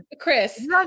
Chris